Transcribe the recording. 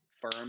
firm